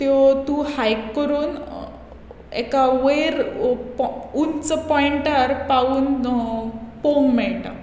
त्यो तूं हायक करून एका वयर उंच पॉंयटार पावून पळोवंक मेळटा